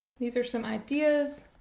these are some ideas.